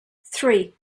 three